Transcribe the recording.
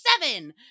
seven